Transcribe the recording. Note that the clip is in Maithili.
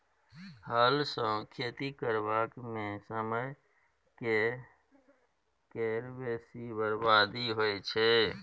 हल सँ खेती करबा मे समय केर बेसी बरबादी होइ छै